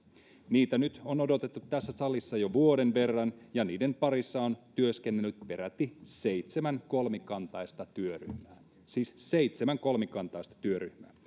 niitä on nyt odotettu tässä salissa jo vuoden verran ja niiden parissa on työskennellyt peräti seitsemän kolmikantaista työryhmää siis seitsemän kolmikantaista työryhmää